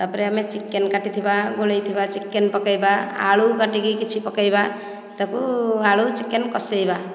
ତାପରେ ଆମେ ଚିକେନ୍ କାଟିଥିବା ଗୋଳେଇଥିବା ଚିକେନ୍ ପକେଇବା ଆଳୁ କାଟିକି କିଛି ପକେଇବା ତାକୁ ଆଳୁ ଚିକେନ୍ କସେଇବା